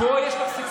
פה יש לך סיכוי.